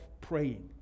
praying